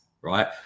right